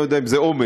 לא יודע אם זה אומץ,